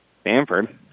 Stanford